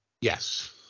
Yes